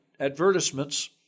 advertisements